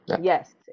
yes